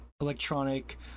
electronic